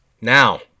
Now